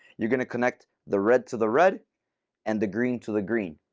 you're going to connect the red to the red and the green to the green.